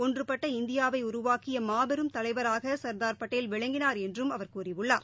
ஒன்றுபட்ட இந்தியாவை உருவாக்கிய மாபெரும் தலைவராக சா்தார் படேல் விளங்கினார் என்றும் அவர் கூறியுள்ளார்